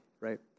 right